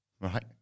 Right